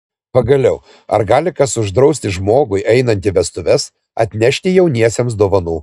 pagaliau ar gali kas uždrausti žmogui einant į vestuves atnešti jauniesiems dovanų